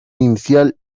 inicial